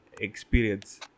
experience